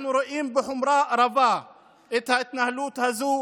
אנחנו רואים בחומרה רבה את ההתנהלות הזו